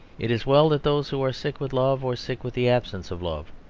it is well that those who are sick with love or sick with the absence of love,